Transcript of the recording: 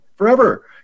forever